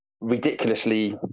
ridiculously